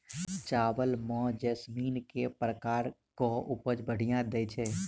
चावल म जैसमिन केँ प्रकार कऽ उपज बढ़िया दैय छै?